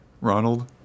ronald